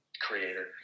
creator